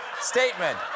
Statement